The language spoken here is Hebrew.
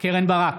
קרן ברק,